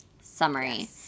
summary